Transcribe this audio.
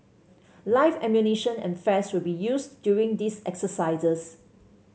live ammunition and flares will be used during these exercises